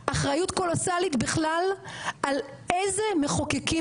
אחריות קולוסלית בכלל על איזה מחוקקים